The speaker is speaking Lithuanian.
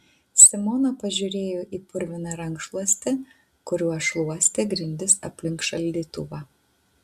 simona pažiūrėjo į purviną rankšluostį kuriuo šluostė grindis aplink šaldytuvą